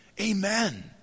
Amen